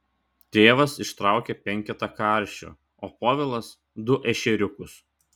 tėvas ištraukia penketą karšių o povilas du ešeriukus